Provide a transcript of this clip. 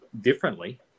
differently